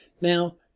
Now